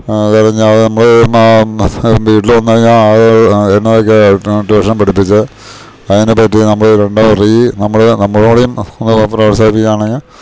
അതറിഞ്ഞാൽ നമ്മൾ വീട്ടിൽ വന്ന് കഴിഞ്ഞാൽ എന്നതൊക്കെയാണ് ട്യൂഷൻ പഠിപ്പിച്ചത് അതിനെ പറ്റി നമ്മൾ രണ്ടാ നമ്മൾ നമ്മളോടയും ഒന്ന് പ്രോത്സാഹിപ്പിക്കാണെങ്കിൽ